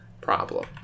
problem